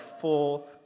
full